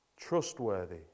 trustworthy